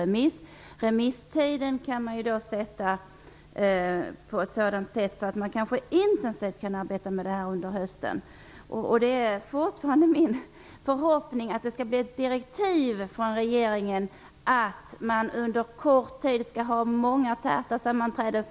Remisstiden kan ju sättas på ett sådant sätt att man intensivt kan arbeta med detta under hösten. Det är fortfarande min förhoppning att det skall bli ett direktiv från regeringen om att man under kort tid skall ha många täta sammanträden.